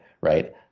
right